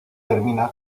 termina